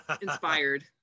inspired